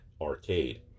arcade